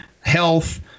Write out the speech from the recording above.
health